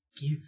Give